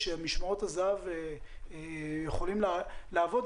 שמשמרות הזה"ב יכולות לעבוד,